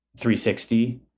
360